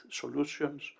solutions